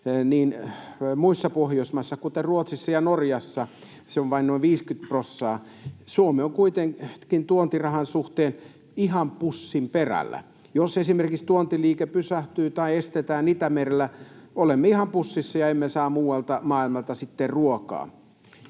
niin muissa Pohjoismaissa, kuten Ruotsissa ja Norjassa, se on vain noin 50 prossaa. Suomi on kuitenkin tuontirahan suhteen ihan pussinperällä. Jos esimerkiksi tuontiliike pysähtyy tai estetään Itämerellä, olemme ihan pussissa emmekä saa muualta maailmalta sitten ruokaa.